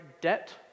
debt